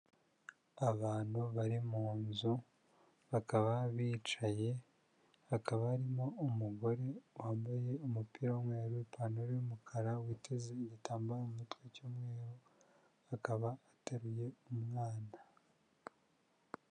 Abantu bari mu nzu bakaba bicaye, hakaba harimo umugore wambaye umupira w'umweru, ipantaro y'umukara witeze igitambaro mu mutwe cy'umweru, akaba ateruye umwana.